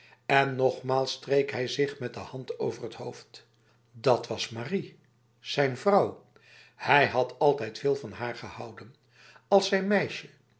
en nogmaals streek hij zich met de hand over het hoofd dat was marie zijn vrouwj hij had altijd veel van haar gehouden als zijn meisje